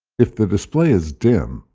if the display is dim,